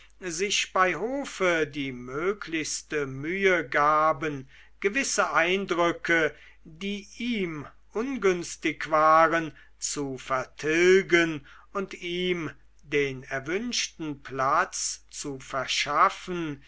sich bei hofe die möglichste mühe gaben gewisse eindrücke die ihm ungünstig waren zu vertilgen und ihm den erwünschten platz zu verschaffen